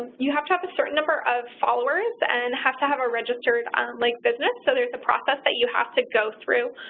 you have to have a certain number of followers and have to have a registered like business. so there's a process that you have to go through.